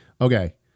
Okay